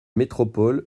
métropole